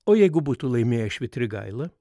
o jeigu būtų laimėjęs švitrigaila